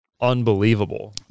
unbelievable